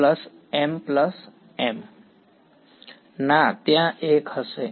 વિદ્યાર્થી ના ત્યાં એક હશે